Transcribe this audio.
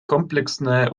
комплексное